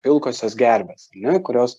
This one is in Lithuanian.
pilkosios gervės ar ne kurios